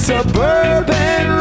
Suburban